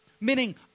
meaning